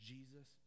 Jesus